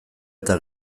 eta